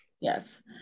Yes